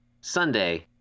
Sunday